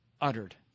uttered